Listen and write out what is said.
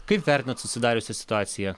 kaip vertinat susidariusią situaciją